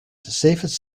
safest